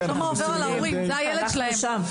תראו מה עובר על ההורים, זה הילד שלהם.